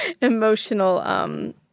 emotional—